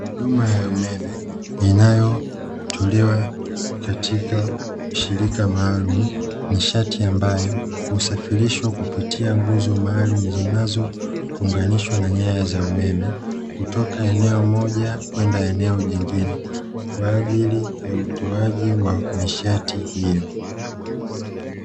Huduma ya umeme inayotolewa katika shirika maalumu, nishati ambayo husafirishwa kupitia nguzo maalumu zinazounganishwa na nyaya za umeme kutoka eneo moja kwenda eneo jingine, kwa ajili ya utoaji wa nishati hiyo.